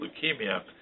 leukemia